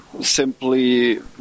simply